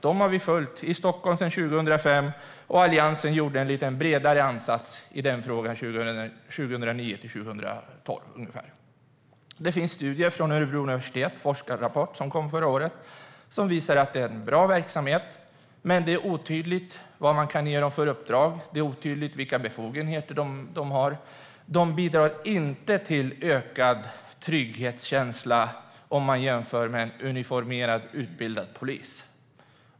Dem har vi följt i Stockholm sedan 2005, och Alliansen gjorde en lite bredare ansats i frågan ungefär 2009-2012. Det finns studier från Örebro universitet, en forskarrapport som kom förra året, som visar att det är en bra verksamhet men att det är otydligt vad man kan ge dem för uppdrag. Det är otydligt vilka befogenheter de har. De bidrar inte till ökad trygghetskänsla om man jämför med en uniformerad, utbildad polis.